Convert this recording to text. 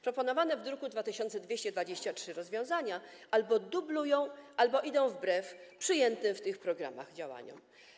Proponowane w druku nr 2223 rozwiązania albo dublują, albo idą wbrew przyjętym w tych programach działaniom.